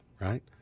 right